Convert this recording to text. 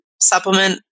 supplement